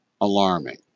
alarming